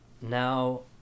now